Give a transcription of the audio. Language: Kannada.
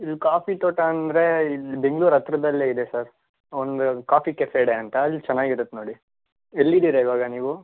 ಇದು ಕಾಫಿ ತೋಟ ಅಂದರೆ ಇಲ್ಲಿ ಬೆಂಗ್ಳೂರು ಹತ್ತಿರದಲ್ಲೇ ಇದೆ ಸರ್ ಒಂದು ಕಾಫಿ ಕೆಫೆ ಡೇ ಅಂತ ಅಲ್ಲಿ ಚೆನ್ನಾಗಿರುತ್ತೆ ನೋಡಿ ಎಲ್ಲಿದ್ದೀರಾ ಇವಾಗ ನೀವು